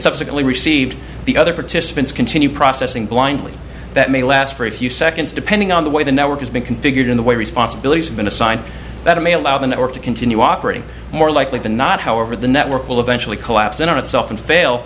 subsequently received the other participants continue processing blindly that may last for a few seconds depending on the way the network has been configured in the way responsibilities have been assigned that i'm a allow the network to continue operating more likely than not however the network will eventually collapse in on itself and fail